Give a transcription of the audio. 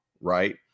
right